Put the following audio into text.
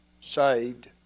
saved